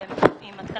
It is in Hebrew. להתקדם עם התיקון.